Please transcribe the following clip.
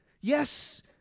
Yes